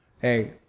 Hey